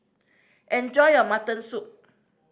enjoy your mutton soup